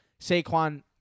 Saquon